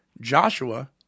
Joshua